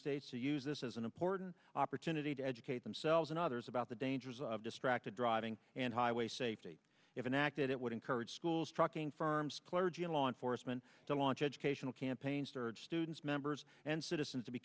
states to use this as an important opportunity to educate themselves and others about the dangers of distracted driving and highway safety if enacted it would encourage schools trucking firms clergy and law enforcement to launch educational campaign started students members and citizens to be